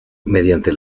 mediante